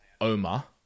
oma